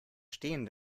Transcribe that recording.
stehen